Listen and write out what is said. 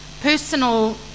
personal